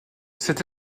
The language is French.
cette